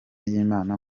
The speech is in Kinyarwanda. y’imana